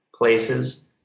places